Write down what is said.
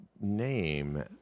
name